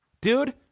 Dude